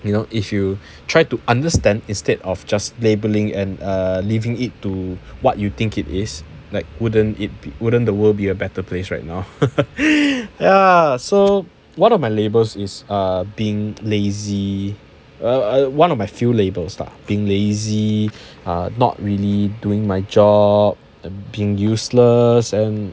you know if you try to understand instead of just labeling and err leaving it to what you think it is like wouldn't it wouldn't the world be a better place right now yeah so one of my labels is err being lazy ah one of my few labels are being lazy or not really doing my job the being useless and